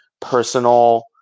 personal